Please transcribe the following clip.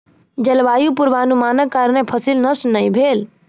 जलवायु पूर्वानुमानक कारणेँ फसिल नष्ट नै भेल